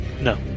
No